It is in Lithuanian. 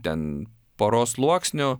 ten poros sluoksnių